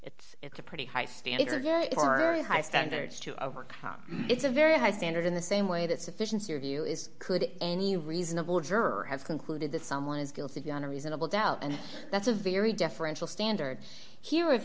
it's it's a pretty high standard high standards to overcome it's a very high standard in the same way that sufficiency of you is could any reasonable juror have concluded that someone is guilty beyond a reasonable doubt and that's a very deferential standard here if